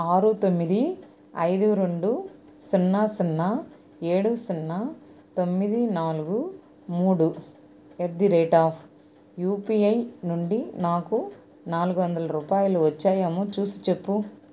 ఆరు తొమ్మిది ఐదు రెండు సున్నా సున్నా ఏడు సున్నా తొమ్మిది నాలుగు మూడు at the rate of UPI నుండి నాకు నాలుగు వందల రూపాయలు వచ్చా ఏమో చూసి చెప్పు